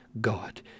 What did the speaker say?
God